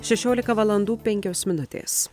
šešiolika valandų penkios minutės